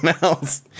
else